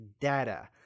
data